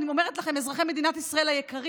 אני אומרת לכם: אזרחי מדינת ישראל היקרים,